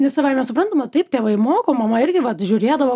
nes savaime suprantama taip tėvai moko mama irgi vat žiūrėdavo